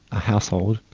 a household,